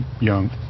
young